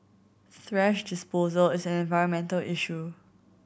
thrash disposal is an environmental issue